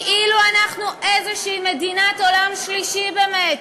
כאילו אנחנו איזושהי מדינת עולם שלישי באמת.